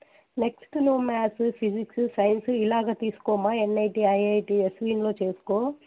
next నువ్వు maths physics science ఇలాగ తీసుకోమ్మా ఎన్ఐటి ఐఐటి ఎస్వియన్లో చేసుకో